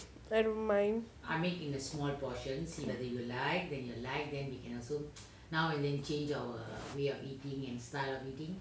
I don't mind